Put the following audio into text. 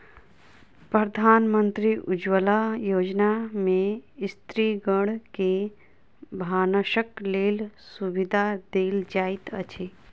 प्रधानमंत्री उज्ज्वला योजना में स्त्रीगण के भानसक लेल सुविधा देल जाइत अछि